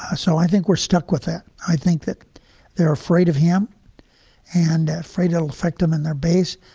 ah so i think we're stuck with it. i think that they're afraid of him and ah afraid will affect him and their base.